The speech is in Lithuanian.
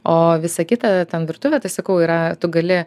o visa kita ten virtuvė tai sakau yra tu gali